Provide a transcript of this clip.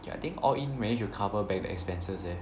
ya I think all in managed to cover back the expenses leh